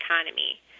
economy